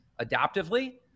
adaptively